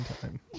time